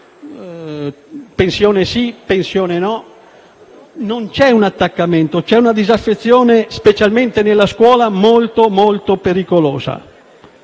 «pensione sì», «pensione no». Non c'è un attaccamento, ma una disaffezione (specialmente nella scuola) molto pericolosa,